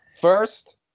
First